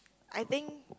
I think